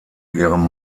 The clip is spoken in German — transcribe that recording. ihrem